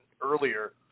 earlier